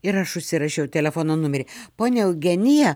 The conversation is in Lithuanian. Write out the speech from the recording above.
ir aš užsirašiau telefono numerį ponia eugenija